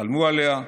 חלמו עליה,